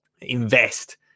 invest